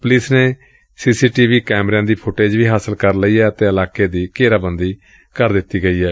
police ਨੇ C C T V ਕੈਮਰਿਆਂ ਦੀ ਫੁਟੇਜ ਵੀ ਹਾਸਲ ਕਰ ਲਈ ਏ ਅਤੇ ਇਲਾਕੇ ਦੀ ਘੇਰਾਬੰਦੀ ਕਰ ਲਈ ਗਈ ਏ